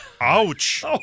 Ouch